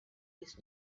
his